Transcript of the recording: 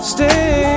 Stay